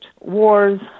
wars